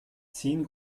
zehn